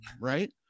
right